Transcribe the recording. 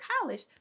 college